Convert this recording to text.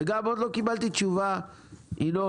וגם עוד לא קיבלתי תשובה ינון,